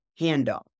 handoff